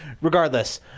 regardless